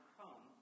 come